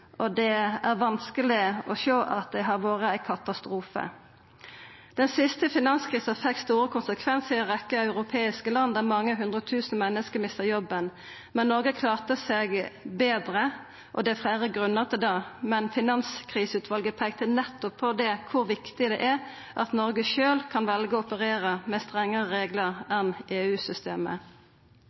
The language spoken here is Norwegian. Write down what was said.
og det er vanskeleg å sjå at det har vore noko katastrofe». Den siste finanskrisa fekk store konsekvensar i ei rekkje europeiske land, der mange hundre tusen menneske mista jobben. Noreg klarte seg betre, og det er fleire grunnar til det, men Finanskriseutvalet peikte nettopp på kor viktig det er at Noreg sjølv kan velja å operera med strengare reglar enn